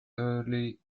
early